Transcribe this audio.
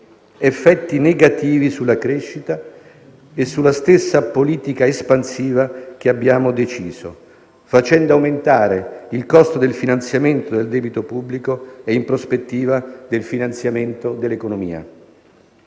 effetti negativi sulla crescita e sulla stessa politica espansiva che abbiamo deciso, facendo aumentare il costo del finanziamento del debito pubblico e, in prospettiva, del finanziamento dell'economia.